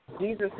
Jesus